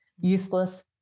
useless